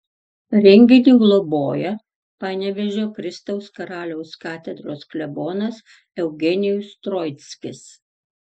renginį globoja panevėžio kristaus karaliaus katedros klebonas eugenijus troickis